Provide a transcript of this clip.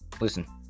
listen